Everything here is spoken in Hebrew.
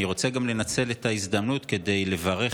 אני רוצה גם לנצל את ההזדמנות כדי לברך,